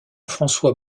françois